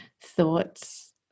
thoughts